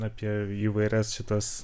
apie įvairias šitas